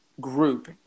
group